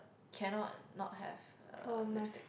cannot not have uh lipstick